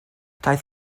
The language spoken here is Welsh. daeth